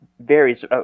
varies